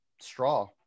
straw